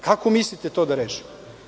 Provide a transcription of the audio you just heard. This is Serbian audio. Kako mislite to da rešimo?